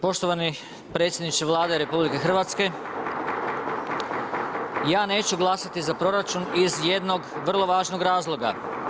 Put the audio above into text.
Poštovani predsjedniče Vlade RH, ja neću glasati za proračun iz jednog vrlo važnog razloga.